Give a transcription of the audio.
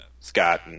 Scott